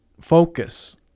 focus